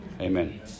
Amen